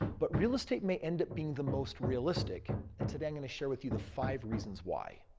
but real estate may end up being the most realistic and today, i'm going to share with you the five reasons why.